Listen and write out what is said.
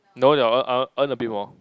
no I I I earn a bit more